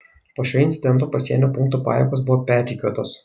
po šio incidento pasienio punktų pajėgos buvo perrikiuotos